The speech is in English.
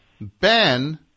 Ben